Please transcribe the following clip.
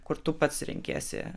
kur tu pats renkiesi